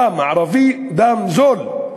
הדם הערבי הוא דם זול.